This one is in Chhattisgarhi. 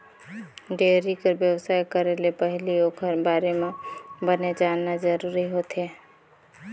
डेयरी कर बेवसाय करे ले पहिली ओखर बारे म बने जानना जरूरी होथे